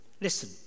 Listen